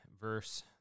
verse